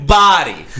body